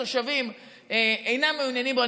התושבים אינם מעוניינים בו.